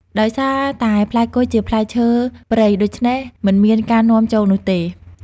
ដោយសារតែផ្លែគុយជាផ្លែឈើព្រៃ ដូច្នេះ មិនមានការនាំចូលនោះទេ។